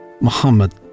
Muhammad